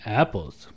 apples